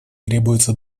требуется